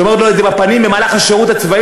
שהיא אומרת לו את זה בפנים במהלך השירות הצבאי,